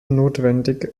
notwendig